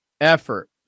effort